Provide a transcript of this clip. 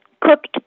cooked